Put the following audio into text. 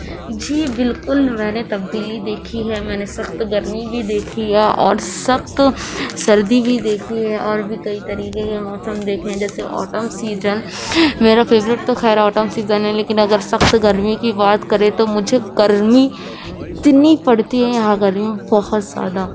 جی بالکل میں نے تبدیلی دیکھی ہے میں نے سخت گرمی بھی دیکھی ہے اور سخت سردی بھی دیکھی ہے اور بھی کئی طریقے کے موسم دیکھے ہیں جیسے اوٹمن سیجن میرا فیورٹ تو خیر اوٹمن سیجن ہے لیکن اگر سخت گرمی کی بات کریں تو مجھے گرمی اتنی پڑتی ہے یہاں گرمی بہت زیادہ